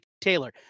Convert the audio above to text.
Taylor